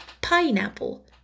pineapple